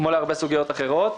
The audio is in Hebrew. כמו להרבה סוגיות אחרות.